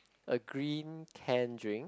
a green can drink